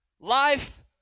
Life